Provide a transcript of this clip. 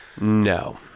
No